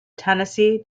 tennessee